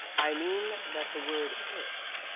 i mean that the word it,